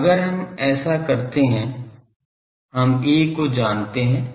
तो अगर हम ऐसा करते हैं हम A को जानते हैं